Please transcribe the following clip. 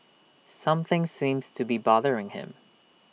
something seems to be bothering him